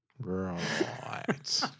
Right